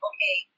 Okay